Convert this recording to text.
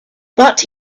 but